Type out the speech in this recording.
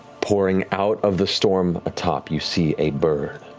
pouring out of the storm atop you see a bird,